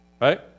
Right